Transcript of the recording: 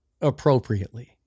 appropriately